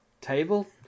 table